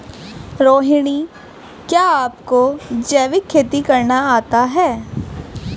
रोहिणी, क्या आपको जैविक खेती करना आता है?